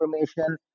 information